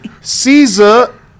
Caesar